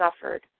suffered